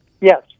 Yes